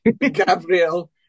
Gabriel